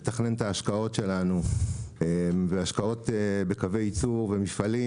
לתכנן את ההשקעות שלנו והשקעות בקווי יצור ומפעלים